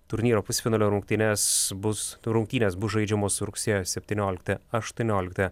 turnyro pusfinalio rungtynes bus rungtynės bus žaidžiamos rugsėjo septynioliktą aštuonioliktą